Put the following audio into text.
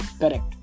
correct